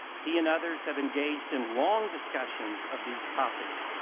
he and others have engaged in long discussions of these topics,